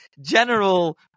general